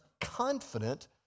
confident